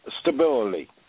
stability